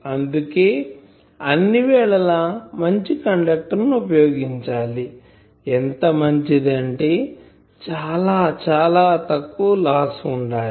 అందుకే అన్ని వేళల మంచి కండక్టర్ ని ఉపయోగించాలి ఎంత మంచిది అంటే చాలా చాలా తక్కువ లాస్ ఉండాలి